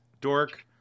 dork